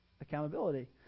Accountability